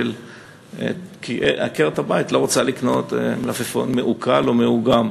כי עקרת-הבית לא רוצה לקנות מלפפון מעוקל או מעוגל.